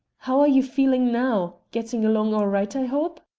how are you feeling now? getting along all right, i hope.